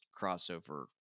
crossover